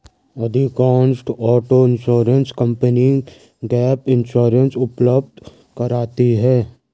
अधिकांशतः auto insurance company gap insurance उपलब्ध कराती है